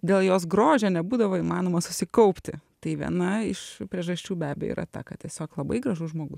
dėl jos grožio nebūdavo įmanoma susikaupti tai viena iš priežasčių be abejo yra ta kad tiesiog labai gražus žmogus